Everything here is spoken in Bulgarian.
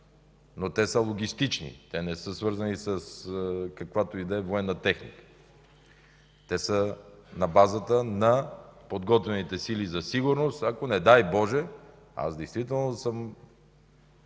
но те са логистични, те не са свързани с каквато и да е военна техника. Те са на базата на подготвените сили за сигурност, ако, не дай Боже… Аз действително съм